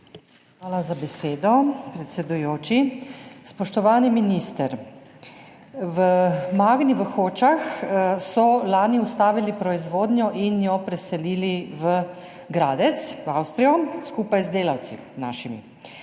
Hvala za besedo, predsedujoči. Spoštovani minister! V Magni v Hočah so lani ustavili proizvodnjo in jo preselili v Gradec, v Avstrijo, skupaj z našimi